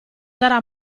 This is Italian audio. darà